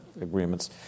agreements